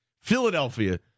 Philadelphia